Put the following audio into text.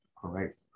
Correct